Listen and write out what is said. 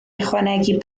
ychwanegu